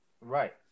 right